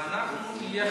ואנחנו נהיה,